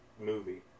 movie